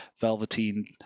Velveteen